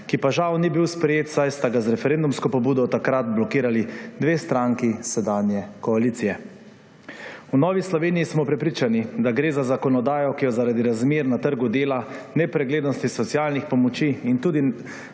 ki pa žal ni bil sprejet, saj sta ga z referendumsko pobudo takrat blokirali dve stranki sedanje koalicije. V Novi Sloveniji smo prepričani, da gre za zakonodajo, ki jo zaradi razmer na trgu dela, nepreglednosti socialnih pomoči in tudi